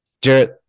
Jarrett